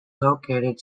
located